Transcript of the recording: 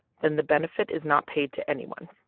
then the benefit is not paid to anyone.